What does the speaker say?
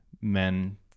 men